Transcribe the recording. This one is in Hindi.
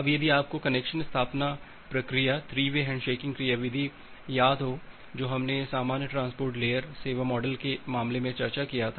अब यदि आपको कनेक्शन स्थापना प्रक्रिया थ्री वे हैंडशेकिंग क्रियाविधि याद हो जो हमने सामान्य ट्रांसपोर्ट लेयर सेवा मॉडल के मामले में पहले चर्चा किया था